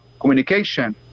communication